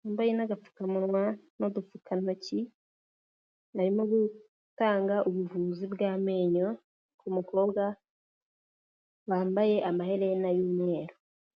yambaye n'agapfukamunwa n'udupfukantoki, arimo gutanga ubuvuzi bw'amenyo ku mukobwa wambaye amaherena y'umweru.